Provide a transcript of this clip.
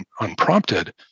unprompted